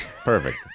Perfect